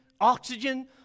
oxygen